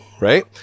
right